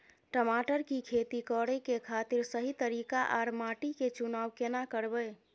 टमाटर की खेती करै के खातिर सही तरीका आर माटी के चुनाव केना करबै?